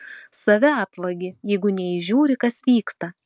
save apvagi jeigu neįžiūri kas vyksta